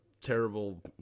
terrible